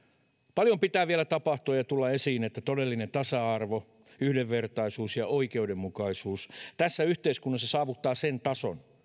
paljon pitää vielä tapahtua ja tulla esiin että todellinen tasa arvo yhdenvertaisuus ja oikeudenmukaisuus tässä yhteiskunnassa saavuttavat sen tason